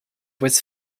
was